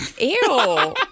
Ew